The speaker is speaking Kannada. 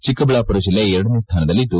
ಚಿಕ್ಕಬಳ್ಳಾಮರ ಜಿಲ್ಲೆ ಎರಡನೇ ಸ್ವಾನದಲ್ಲಿದ್ದು